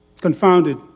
Confounded